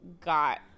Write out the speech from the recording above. got